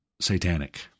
satanic